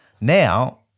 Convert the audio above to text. Now